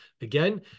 Again